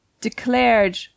declared